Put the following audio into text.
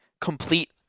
complete